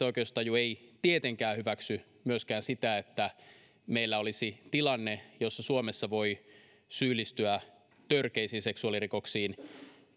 oikeustaju ei tietenkään hyväksy myöskään sitä että meillä olisi tilanne jossa suomessa voi syyllistyä törkeisiin seksuaalirikoksiin